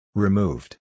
Removed